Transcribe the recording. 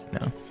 No